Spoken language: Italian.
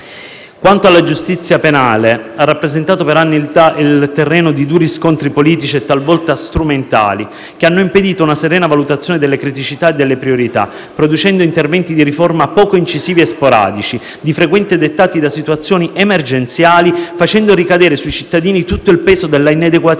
Quanto alla giustizia penale, essa ha rappresentato per anni il terreno di duri scontri politici, talvolta strumentali, i quali hanno impedito una serena valutazione delle criticità e delle priorità, producendo interventi di riforma poco incisivi e sporadici, di frequente dettati da situazioni emergenziali, facendo ricadere sui cittadini tutto il peso dell'inadeguatezza